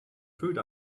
food